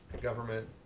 government